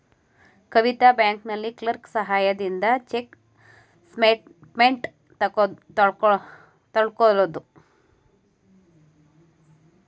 ಕವಿತಾ ಬ್ಯಾಂಕಿನಲ್ಲಿ ಕ್ಲರ್ಕ್ ಸಹಾಯದಿಂದ check statement ತಕ್ಕೊದ್ಳು